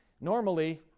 Normally